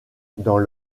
dans